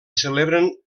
celebren